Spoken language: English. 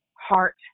heart